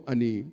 Ani